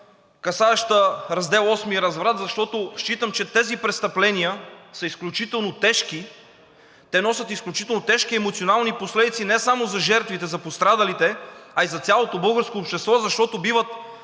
касаеща Раздел VIII – „Разврат“, защото считам, че тези престъпления са изключително тежки. Те носят изключително тежки емоционални последици не само за жертвите, за пострадалите, а и за цялото българско общество, защото биват,